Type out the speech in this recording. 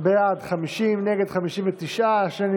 קבוצת סיעת ש"ס,